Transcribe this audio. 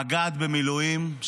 מג"ד במילואים,